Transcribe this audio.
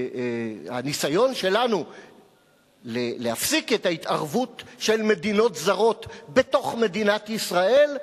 הניסיון שלנו להפסיק את ההתערבות של מדינות זרות בתוך מדינת ישראל,